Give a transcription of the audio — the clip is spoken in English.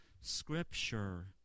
Scripture